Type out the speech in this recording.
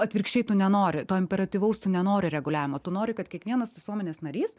atvirkščiai tu nenori to imperatyvaus tu nenori reguliavimo tu nori kad kiekvienas visuomenės narys